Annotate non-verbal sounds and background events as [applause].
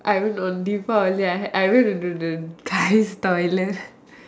I went on deepavali I had I went to to the the guys toilet [laughs]